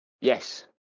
Yes